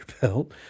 belt